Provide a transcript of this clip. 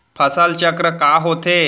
फसल चक्र का होथे?